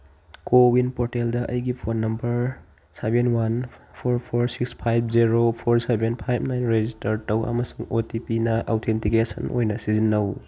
CoWIN ꯄꯣꯔꯇꯦꯜꯗ ꯑꯩꯒꯤ phone number seven one four four six five zero four seven five nine register ꯇꯧ ꯑꯃꯁꯨꯡ O T ꯄꯤꯅ authentication ꯑꯣꯏꯅ ꯁꯤꯖꯤꯟꯅꯧ